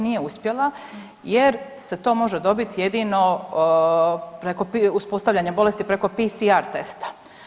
Nije uspjela jer se to može dobiti jedino uspostavljanje bolesti preko PSR testa.